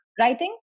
writing